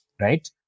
right